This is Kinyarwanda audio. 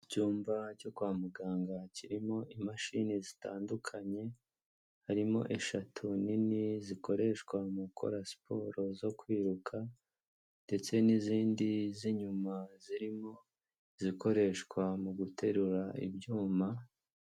Icyumba cyo kwa muganga kirimo imashini zitandukanye harimo eshatu nini zikoreshwa mu gukora siporo zo kwiruka ndetse n'izindi z'inyuma zirimo zikoreshwa mu guterura ibyuma.